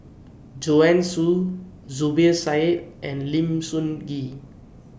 Joanne Soo Zubir Said and Lim Sun Gee